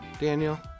Daniel